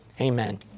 Amen